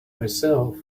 myself